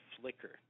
flicker